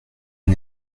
est